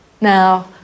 now